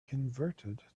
converted